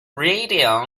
reading